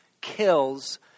kills